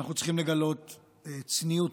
אנחנו צריכים לגלות צניעות.